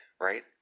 right